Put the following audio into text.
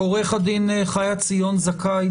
עו"ד חיה ציון זכאי,